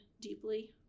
deeply